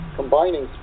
combining